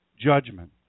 judgment